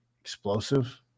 explosive